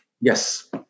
yes